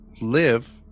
live